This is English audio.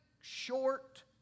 short